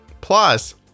Plus